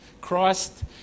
Christ